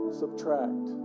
subtract